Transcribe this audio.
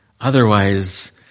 Otherwise